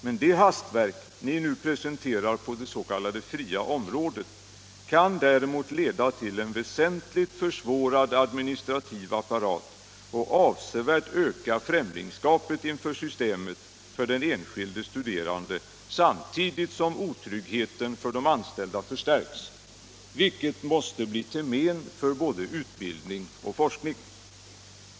Men det hastverk ni nu presenterar på det s.k. fria området kan däremot leda till en väsentligt försvårad administrativ apparat och avsevärt öka främlingskapet inför systemet för den enskilde studerande, samtidigt som otryggheten för de anställda förstärks, vilket måste bli till men för både utbildning och forskning.